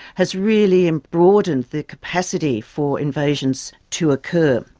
has really and broadened the capacity for invasions to occur.